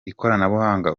ikoranabuhanga